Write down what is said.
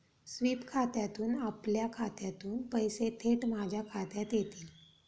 sweep खात्यातून आपल्या खात्यातून पैसे थेट माझ्या खात्यात येतील